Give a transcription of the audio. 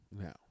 now